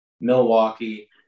Milwaukee